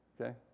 Okay